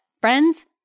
Friends